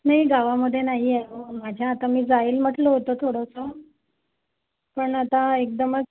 मी गावामध्ये नाही आहे माझ्या आता मी जाईन म्हटलं होतं थोडसं पण आता एकदमच